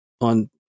on